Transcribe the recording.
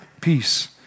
peace